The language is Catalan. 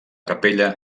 capella